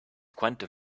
quantum